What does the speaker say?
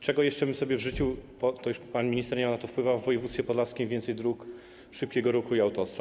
Czego jeszcze bym sobie życzył, to już pan minister nie ma na to wpływu - w województwie podlaskim więcej dróg szybkiego ruchu i autostrad.